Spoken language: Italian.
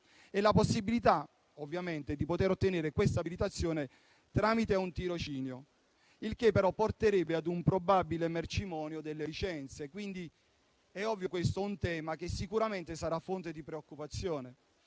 è la possibilità, ovviamente, di ottenere quest'abilitazione tramite un tirocinio, il che però porterebbe a un probabile mercimonio delle licenze. È ovvio, quindi, che questo tema sarà sicuramente fonte di preoccupazione,